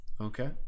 okay